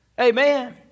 Amen